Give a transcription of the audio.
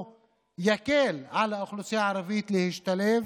או יקל על האוכלוסייה הערבית להשתלב